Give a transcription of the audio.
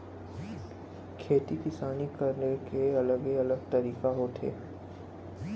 खेती किसानी करे के अलगे अलग तरीका होथे